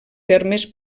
termes